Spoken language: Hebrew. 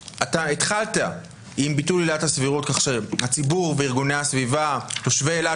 התחלת עם ביטול עילת הסבירות כך שהציבור וארגוני הסביבה ותושבי אילת